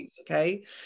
Okay